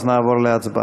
נעבור להצבעה.